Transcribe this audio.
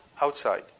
outside